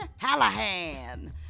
Hallahan